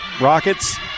Rockets